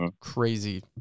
crazy